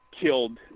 killed